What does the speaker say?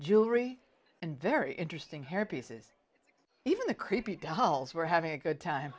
jewelry and very interesting hairpieces even the creepy dolls were having a good time